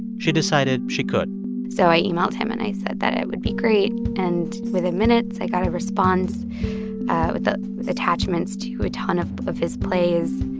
she decided she could so i emailed him and i said that it would be great. and within minutes, i got a response with ah attachments to a ton of of his plays.